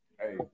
Hey